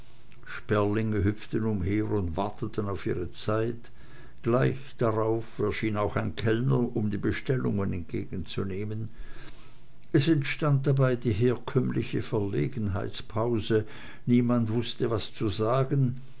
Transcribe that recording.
sperlinge hüpften umher und warteten auf ihre zeit gleich danach erschien auch ein kellner um die bestellungen entgegenzunehmen es entstand dabei die herkömmliche verlegenheitspause niemand wußte was zu sagen